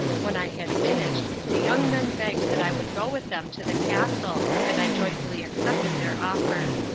when i had finished, the young men begged that i would go with them to the castle, and i joyfully accepted their offer.